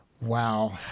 wow